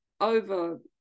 over